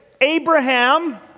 Abraham